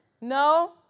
No